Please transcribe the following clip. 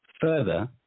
Further